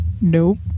Nope